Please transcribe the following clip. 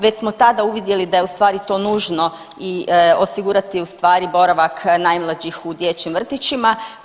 Već smo tada uvidjeli da je u stvari to nužno i osigurati u stvari boravak najmlađih u dječjim vrtićima.